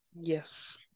Yes